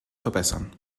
verbessern